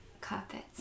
carpets